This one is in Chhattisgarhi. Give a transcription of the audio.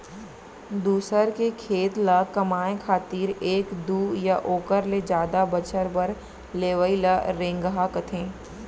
दूसर के खेत ल कमाए खातिर एक दू या ओकर ले जादा बछर बर लेवइ ल रेगहा कथें